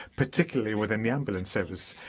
particularly within the ambulance service.